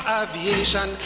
aviation